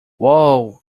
wow